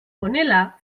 honela